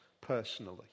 personally